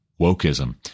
Wokeism